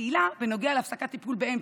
בקהילה בנוגע להפסקת טיפול באמצע,